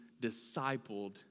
discipled